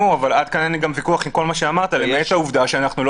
אין לי ויכוח עם זה למעט העובדה שאנחנו לא